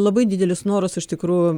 labai didelis noras iš tikrųjų